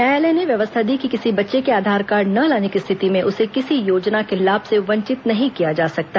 न्यायालय ने व्यवस्था दी कि किसी बच्चे के आधार कार्ड न लाने की स्थिति में उसे किसी योजना के लाभ से वंचित नहीं किया जा सकता